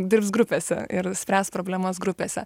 dirbs grupėse ir spręs problemas grupėse